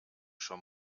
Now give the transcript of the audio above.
schon